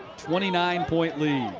twenty nine point lead.